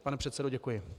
Pane předsedo, děkuji.